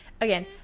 Again